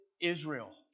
Israel